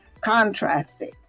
contrasting